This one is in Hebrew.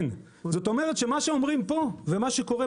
אנחנו רק המוציאים לפועל.